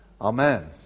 amen